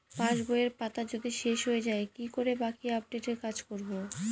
পাসবইয়ের পাতা যদি শেষ হয়ে য়ায় কি করে বাকী আপডেটের কাজ করব?